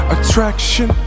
Attraction